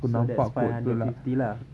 so that's five hundred fifty lah